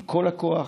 עם כל הכוח,